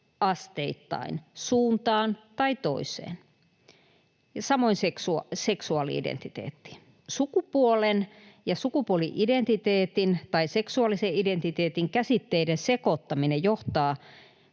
asteittain suuntaan tai toiseen, samoin seksuaali-identiteetti. Sukupuolen ja sukupuoli-identiteetin tai seksuaalisen identiteetin käsitteiden sekoittaminen johtaa